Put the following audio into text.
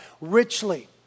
richly